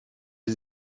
sie